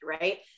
Right